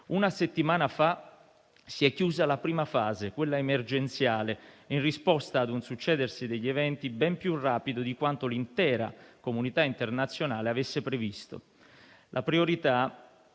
Una settimana fa si è chiusa la prima fase, quella emergenziale, in risposta ad un succedersi degli eventi ben più rapido di quanto l'intera comunità internazionale avesse previsto. La priorità